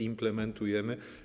Implementujemy.